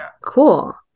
Cool